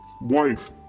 Wife